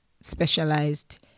specialized